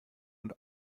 und